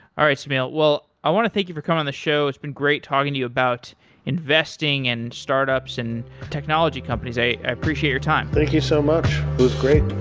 all right, semil. i want to thank you for coming on the show. it's been great talking to you about investing and startups and technology companies. i appreciate your time. thank you so much. it was great.